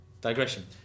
Digression